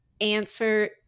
answer